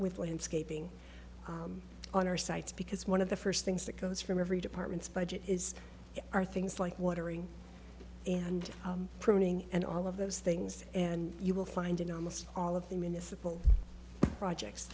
with landscaping on our sites because one of the first things that goes from every department's budget is are things like watering and pruning and all of those things and you will find in almost all of the municipal projects